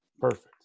perfect